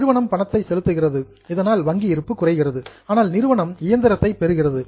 நிறுவனம் பணத்தை செலுத்துகிறது இதனால் வங்கி இருப்பு குறைகிறது ஆனால் நிறுவனம் இயந்திரத்தை பெறுகிறது